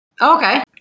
Okay